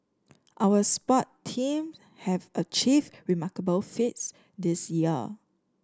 our sport team have achieved remarkable feats this year